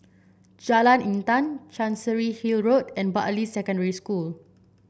Jalan Intan Chancery Hill Road and Bartley Secondary School